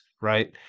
right